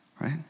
Right